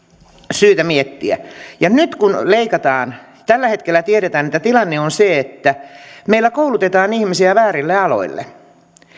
syytä miettiä nyt kun leikataan tällä hetkellä tiedetään että tilanne on se että meillä koulutetaan ihmisiä väärille aloille